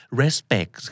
respect